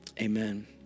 amen